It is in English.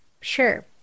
sure